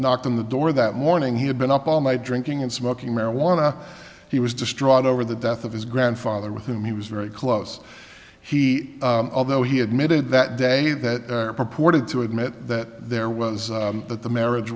knocked on the door that morning he had been up all night drinking and smoking marijuana he was distraught over the death of his grandfather with whom he was very close he although he admitted that day that purported to admit that there was that the marriage